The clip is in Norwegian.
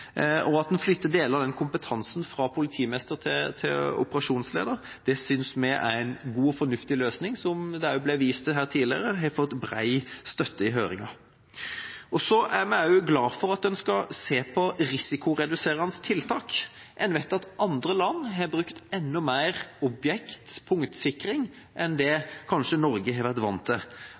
At en flytter deler av denne kompetansen fra politimester til operasjonsleder, synes vi er en god og fornuftig løsning, som har fått brei støtte i høringa, noe som det også ble vist til her tidligere. Vi er glad for at en skal se på risikoreduserende tiltak. En vet at andre land har brukt enda mer objekt- og punktsikring enn vi kanskje har vært vant til